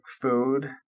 food